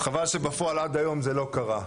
אז חבל שפועל עד היום זה לא קרה.